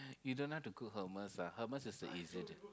you don't know how to cook hummus ah hummus is a easy dish